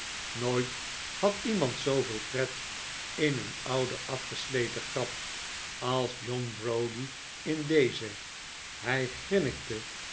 nooit had iemand zooveel pret in een oude afgesleten grap als john browdie in deze hij